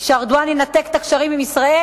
שארדואן ינתק את הקשרים עם ישראל?